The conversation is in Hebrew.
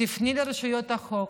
תפני לרשויות החוק.